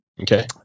Okay